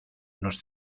nos